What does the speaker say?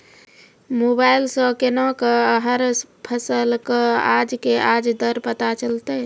Mobile सऽ केना कऽ हर फसल कऽ आज के आज दर पता चलतै?